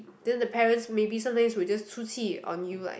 then the parents maybe sometimes will just 出气 on you like